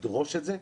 לדרוש את זה.